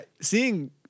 seeing